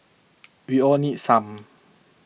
we all need some